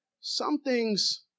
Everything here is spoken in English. Something's